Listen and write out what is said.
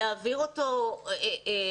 להעביר אותו הכשרה.